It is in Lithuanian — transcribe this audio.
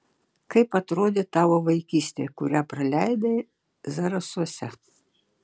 kaip atrodė tavo vaikystė kurią praleidai zarasuose